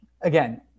again